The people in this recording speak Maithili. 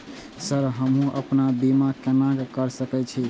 सर हमू अपना बीमा केना कर सके छी?